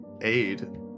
aid